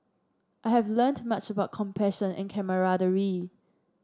I have learned much about compassion and camaraderie